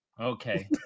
Okay